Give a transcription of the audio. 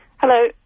Hello